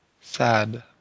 sad